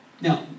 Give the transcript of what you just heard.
Now